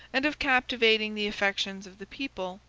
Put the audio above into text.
and of captivating the affections of the people,